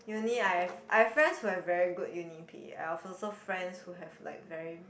Uni I have I have friends who have very good Uni pay I've also friends who have like very